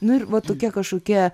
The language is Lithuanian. nu ir va tokie kažkokie